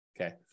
Okay